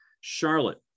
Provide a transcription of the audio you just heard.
Charlotte